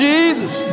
Jesus